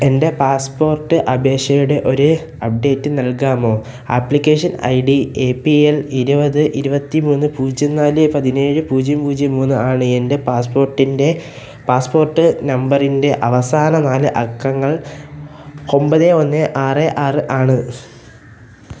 എൻ്റെ പാസ്പോർട്ട് അപേക്ഷയുടെ ഒരു അപ്ഡേറ്റ് നൽകാമോ application I D A P L ഇരുപത് ഇരുപത്തി മൂന്ന് പൂജ്യം നാല് പതിനേഴ് പൂജ്യം പൂജ്യം മൂന്ന് ആണ് എൻ്റെ പാസ്പോർട്ടിൻറെ പാസ്പോർട്ട് നമ്പറിൻ്റെ അവസാന നാല് അക്കങ്ങൾ ഒമ്പത് ഒന്ന് ആറ് ആറ് ആണ്